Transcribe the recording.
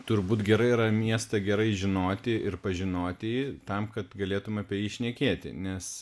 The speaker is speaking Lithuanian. turbūt gerai yra miestą gerai žinoti ir pažinoti jį tam kad galėtum apie jį šnekėti nes